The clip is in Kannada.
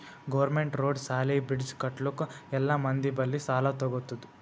ಗೌರ್ಮೆಂಟ್ ರೋಡ್, ಸಾಲಿ, ಬ್ರಿಡ್ಜ್ ಕಟ್ಟಲುಕ್ ಎಲ್ಲಾ ಮಂದಿ ಬಲ್ಲಿ ಸಾಲಾ ತಗೊತ್ತುದ್